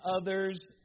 others